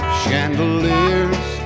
chandeliers